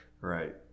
Right